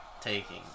taking